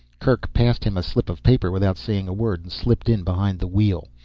kerk passed him a slip of paper without saying a word and slipped in behind the wheel.